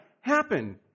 happen